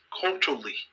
culturally